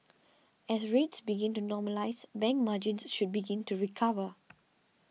as rates begin to normalise bank margins should begin to recover